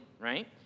right